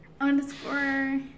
underscore